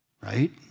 Right